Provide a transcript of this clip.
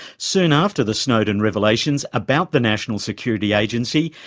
soon after the snowden revelations about the national security agency,